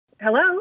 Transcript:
Hello